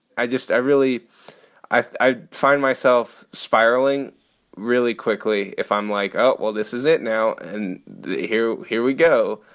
i just i really i find myself spiraling really quickly if i'm like, oh, well, this is it now and here. here we go.